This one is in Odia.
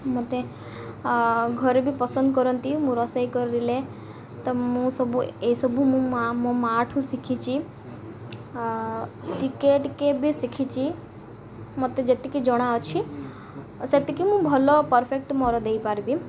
ମୋତେ ଘରେ ବି ପସନ୍ଦ କରନ୍ତି ମୁଁ ରୋଷେଇ କରିଲେ ତ ମୁଁ ସବୁ ଏଇସବୁ ମୁଁ ମାଆ ମୋ ମାଆଠୁ ଶିଖିଛି ଟିକେ ଟିକେ ବି ଶିଖିଛି ମୋତେ ଯେତିକି ଜଣା ଅଛି ସେତିକି ମୁଁ ଭଲ ପରଫେକ୍ଟ ମୋର ଦେଇପାରିବି